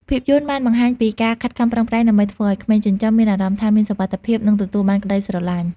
ភាពយន្តបានបង្ហាញពីការខិតខំប្រឹងប្រែងដើម្បីធ្វើឲ្យក្មេងចិញ្ចឹមមានអារម្មណ៍ថាមានសុវត្ថិភាព និងទទួលបានក្ដីស្រឡាញ់។